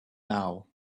now